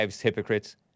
hypocrites